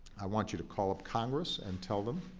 i want you to call up congress and tell them